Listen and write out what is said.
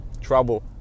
trouble